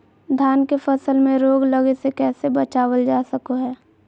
धान के फसल में रोग लगे से कैसे बचाबल जा सको हय?